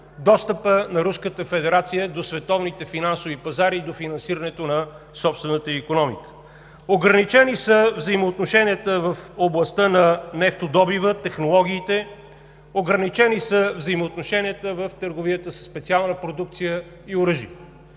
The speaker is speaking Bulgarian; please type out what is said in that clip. достъпа на Руската федерация до световните финансови пазари и до финансирането на собствената ѝ икономика. Ограничени са взаимоотношенията в областта на нефтодобива, технологиите, ограничени са взаимоотношенията в търговията със специална продукция и оръжие.